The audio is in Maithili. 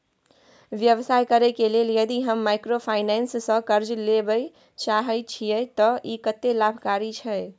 व्यवसाय करे के लेल यदि हम माइक्रोफाइनेंस स कर्ज लेबे चाहे छिये त इ कत्ते लाभकारी छै?